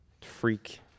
freak